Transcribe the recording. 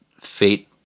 fate